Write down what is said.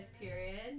period